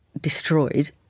destroyed